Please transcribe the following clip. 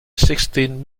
sixteen